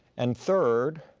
and third,